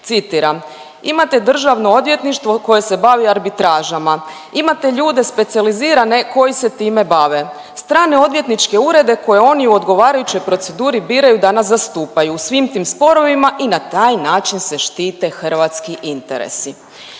Citiram, imate Državno odvjetništvo koje se bavi arbitražama, imate ljude specijalizirane koji se time bave, strane odvjetničke urede koje oni u odgovarajućoj proceduri biraju da nas zastupaju u svim tim sporovima i na taj način se štite hrvatski interesi.